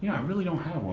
i really don't